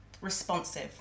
responsive